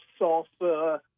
salsa